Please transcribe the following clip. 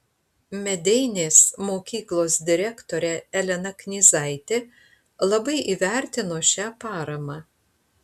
medeinės mokyklos direktorė elena knyzaitė labai įvertino šią paramą